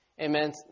Amen